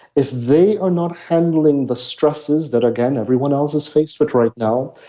if they are not handling the stresses that again everyone else is faced with right now.